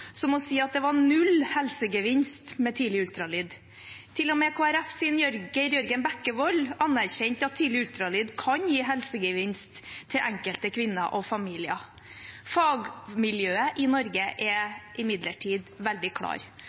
som å si at det var null helsegevinst med tidlig ultralyd. Til og med Kristelig Folkepartis Geir Jørgen Bekkevold anerkjente at tidlig ultralyd kan gi helsegevinst til enkelte kvinner og familier. Fagmiljøet i Norge er imidlertid veldig klar: